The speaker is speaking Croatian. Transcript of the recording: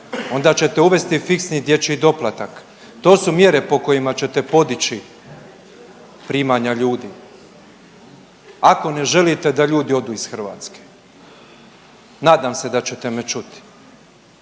onda ćete uvesti fiksni dječji doplatak. To su mjere po kojima ćete podići primanja ljudi, ako ne želite da ljudi odu iz Hrvatske. Nadam se da ćete me čuti.